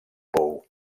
pou